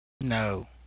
No